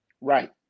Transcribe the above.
Right